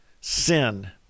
sin